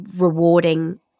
rewarding